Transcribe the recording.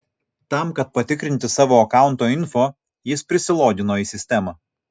tam kad patikrinti savo akaunto info jis prisilogino į sistemą